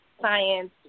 science